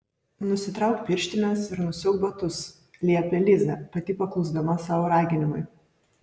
nusitrauk pirštines ir nusiauk batus liepė liza pati paklusdama savo raginimui